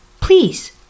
please